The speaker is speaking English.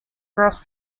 arose